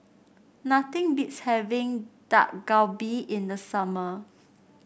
nothing beats having Dak Galbi in the summer